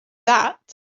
that